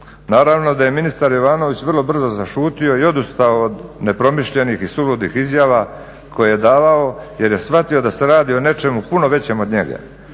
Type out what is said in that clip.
Naravno da je ministar Jovanović vrlo brzo zašutio i odustao od nepromišljenih i suludih izjava koje je davao jer je shvatio da se radi o nečemu puno većem od njega,